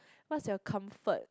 what's your comfort